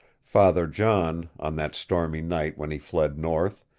father john, on that stormy night when he fled north,